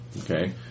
okay